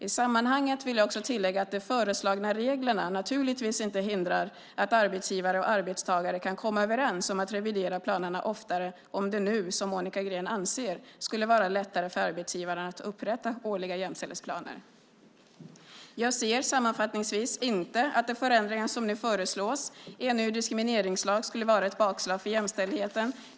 I sammanhanget vill jag också tillägga att de föreslagna reglerna naturligtvis inte hindrar att arbetsgivare och arbetstagare kan komma överens om att revidera planerna oftare om det nu, som Monica Green anser, skulle vara lättare för arbetsgivaren att upprätta årliga jämställdhetsplaner. Jag ser sammanfattningsvis inte att de förändringar som nu föreslås i en ny diskrimineringslag skulle vara ett bakslag för jämställdheten.